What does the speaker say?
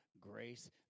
grace